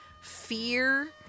fear